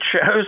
shows